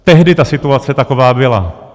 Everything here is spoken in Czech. Tehdy ta situace taková byla.